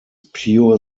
pure